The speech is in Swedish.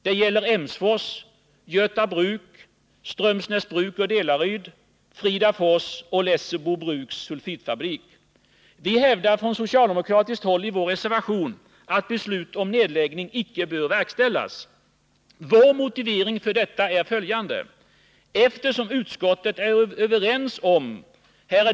Det gäller Emsfors bruk, Göta bruk, Strömsnäsbruk, Delary, Fridafors bruk samt Lessebo bruks sulfitfabrik. Vi hävdar från socialdemokratiskt håll i vår reservation att besluten om nedläggning inte bör verkställas. Vår motivering för detta är följande.